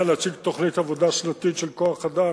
להציג תוכנית עבודה שנתית של כוח-אדם.